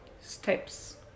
steps